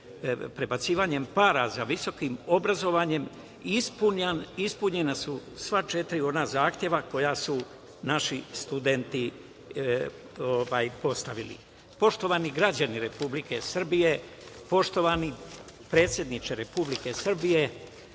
prebacivanjem para za visoko obrazovanje ispunjena su sva četiri ona zahteva koja su naši studenti postavili. Poštovani građani Republike Srbije, poštovani predsedniče Republike Srbije,